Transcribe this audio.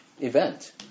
event